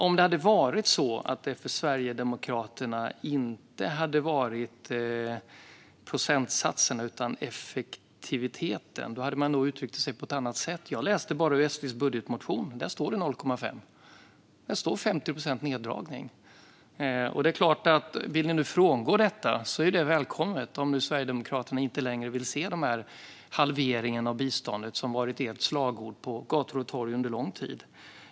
Om det för Sverigedemokraterna inte hade handlat om procentsatserna utan om effektiviteten hade man nog uttryckt sig på ett annat sätt. Jag läste bara ur SD:s budgetmotion. Där står det 0,5 - 50 procents neddragning. Om ni nu vill frångå detta är det såklart välkommet - om Sverigedemokraterna inte längre vill se den halvering av biståndet som varit ert slagord på gator och torg under lång tid.